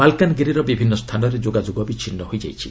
ମାଲକାନଗିରିର ବିଭିନ୍ନ ସ୍ଥାନରେ ଯୋଗାଯୋଗ ବିଚ୍ଛିନ୍ନ ହୋଇଛି